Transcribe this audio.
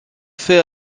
fait